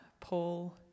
Paul